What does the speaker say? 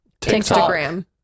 Instagram